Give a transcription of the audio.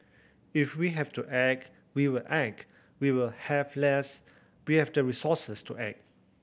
if we have to act we will act we will have less we have the resources to act